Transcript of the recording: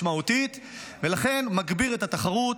ולכן מגביר את התחרות.